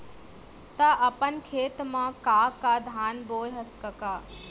त अपन खेत म का का धान बोंए हस कका?